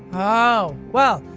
oh. well,